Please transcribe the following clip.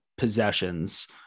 possessions